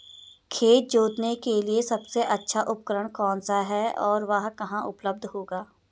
खेत जोतने के लिए सबसे अच्छा उपकरण कौन सा है और वह कहाँ उपलब्ध होगा?